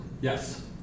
Yes